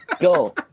Go